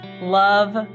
love